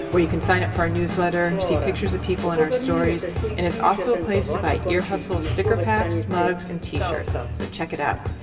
where you can sign up for our newsletter, see pictures of people in our stories, and it's also a place to buy ear hustle sticker packs, mugs, and t-shirts, so check it out.